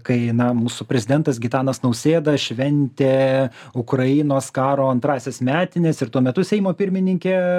kai na mūsų prezidentas gitanas nausėda šventė ukrainos karo antrąsias metines ir tuo metu seimo pirmininkė